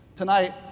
Tonight